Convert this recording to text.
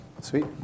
Sweet